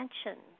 attention